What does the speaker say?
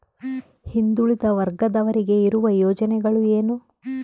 ಹಿಂದುಳಿದ ವರ್ಗದವರಿಗೆ ಇರುವ ಯೋಜನೆಗಳು ಏನು?